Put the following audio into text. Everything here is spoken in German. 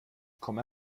komme